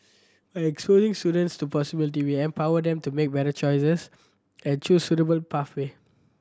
by exposing students to possibility we empower them to make better choices and choose suitable pathway